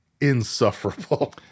insufferable